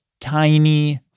tiny